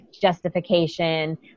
justification